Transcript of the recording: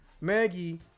Maggie